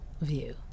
view